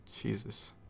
Jesus